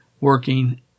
working